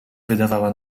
wydawała